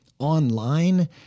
online